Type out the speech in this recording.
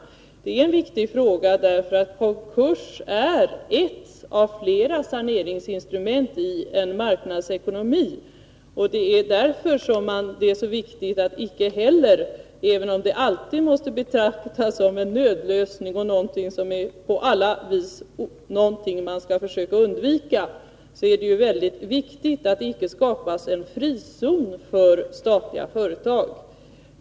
Det är en viktig fråga, därför att konkurs är ett av flera saneringsinstrument i en marknadsekonomi. Även om konkurs alltid måste betraktas som en nödlösning och någonting som man på alla vis skall försöka undvika är det viktigt att det inte skapas en frizon för statliga företag.